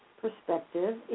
perspective